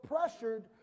pressured